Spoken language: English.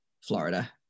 Florida